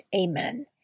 Amen